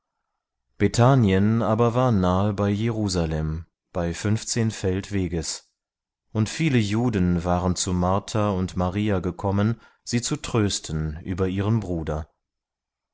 bethanien aber war nahe bei jerusalem bei fünfzehn feld weges und viele juden waren zu martha und maria gekommen sie zu trösten über ihren bruder